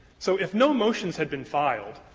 so if no motions had been filed,